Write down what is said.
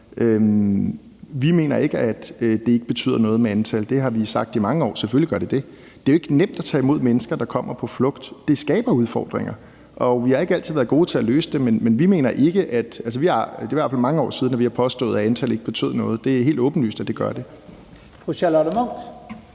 Vi mener ikke, at antallet ikke betyder noget. Det har vi sagt i mange år; selvfølgelig gør det det. Det er jo ikke nemt at tage imod mennesker, der er på flugt. Det skaber udfordringer, og vi ikke altid været gode til at løse dem, men vi mener ikke – det er i hvert fald mange år siden, at vi har påstået det – at antallet ikke betyder noget. Det er helt åbenlyst, at det gør det. Kl.